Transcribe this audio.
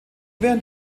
während